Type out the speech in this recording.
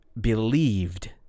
believed